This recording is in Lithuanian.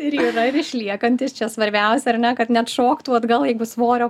ir yra ir išliekantis čia svarbiausia ar ne kad neatšoktų atgal jeigu svorio